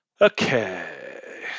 Okay